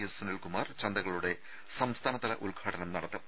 S Sunilkumar ചന്തകളുടെ സംസ്ഥാനതല ഉദ്ഘാടനം നടത്തും